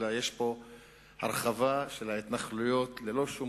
אלא יש פה הרחבה של ההתנחלויות ללא שום